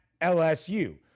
lsu